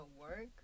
work